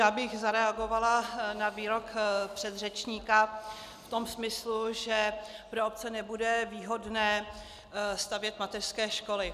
Já bych zareagovala na výrok předřečníka v tom smyslu, že pro obce nebude výhodné stavět mateřské školy.